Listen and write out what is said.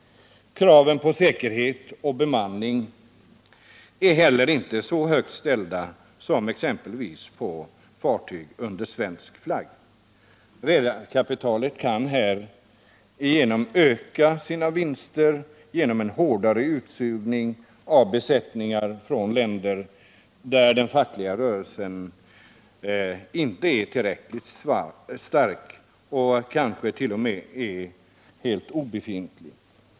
Kraven på säkerhet och bemanning är heller inte så högt ställda som exempelvis på fartyg under svensk flagg. Redarkapitalet kan härigenom öka sina vinster genom en hårdare utsugning av besättningar från länder där den fackliga rörelsen inte är tillräckligt stark — kanske t.o.m. helt obefintlig.